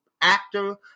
actor